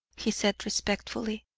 he said respectfully,